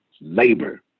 labor